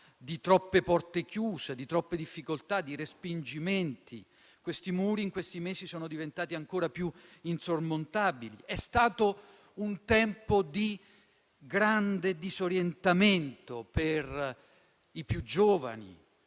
con troppe porte chiuse, troppe difficoltà e respingimenti. Questi muri, in questi mesi, sono diventati ancora più insormontabili. È stato infatti un tempo di grande disorientamento per i più giovani